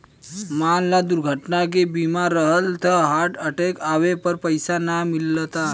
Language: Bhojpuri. मान ल दुर्घटना के बीमा रहल त हार्ट अटैक आवे पर पइसा ना मिलता